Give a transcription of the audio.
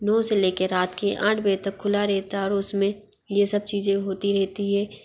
नौ से ले के रात के आठ बजे तक खुला रहता है और उस में ये सब चीज़ें होती रहती है